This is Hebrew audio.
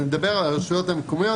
אני מדבר על הרשויות המקומיות